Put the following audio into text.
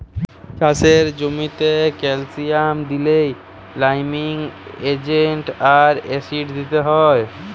চাষের জ্যামিতে ক্যালসিয়াম দিইলে লাইমিং এজেন্ট আর অ্যাসিড দিতে হ্যয়